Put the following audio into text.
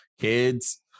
kids